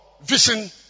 vision